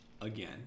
again